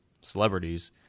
celebrities